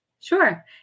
Sure